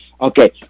Okay